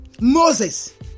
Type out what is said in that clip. Moses